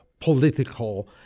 political